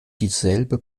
dieselbe